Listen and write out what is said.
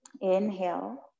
Inhale